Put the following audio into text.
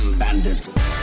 bandits